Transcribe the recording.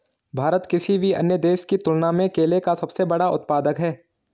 भारत किसी भी अन्य देश की तुलना में केले का सबसे बड़ा उत्पादक है